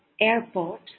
airport